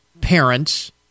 parents